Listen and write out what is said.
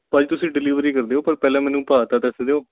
ਭਾਅ ਜੀ ਤੁਸੀਂ ਡਿਲੀਵਰੀ ਕਰ ਦਿਓ ਪਰ ਪਹਿਲਾਂ ਮੈਨੂੰ ਭਾਅ ਤਾਂ ਦੱਸ ਦਿਓ